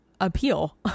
appeal